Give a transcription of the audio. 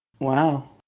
Wow